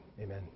amen